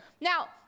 Now